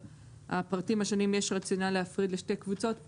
הפרטים השונים יש רציונל להפריד לשתי קבוצות,